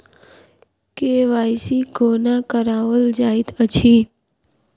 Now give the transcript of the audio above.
KYC कोना कराओल जाइत अछि?